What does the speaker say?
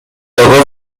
آقا